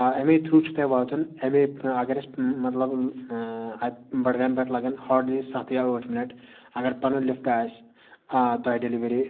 آ اَمی تھرٛوٗ چھُ تۄہہِ واتُن اَمے اگر اَسہِ مطلب اَتہِ بَڈگامہِ پٮ۪ٹھ لَگَن ہاڈلی سَتھ یا ٲٹھ مِنَٹ اگر پَنُن لِفٹ آسہِ آ تۄہہِ ڈیٚلِؤری